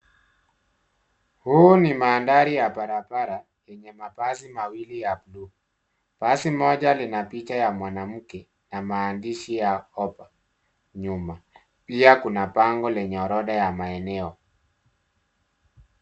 Huu ni mandhari ya barabara, yenye mabasi mawili ya buluu. Basi moja lina picha ya mwanamke na maandishi ya Hopa nyuma. Pia kuna bango yenye orodha ya maeneo.